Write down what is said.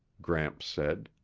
gramps said,